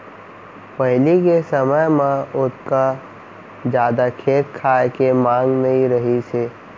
पहिली के समय म ओतका जादा खेत खार के मांग नइ रहिस हे